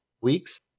weeks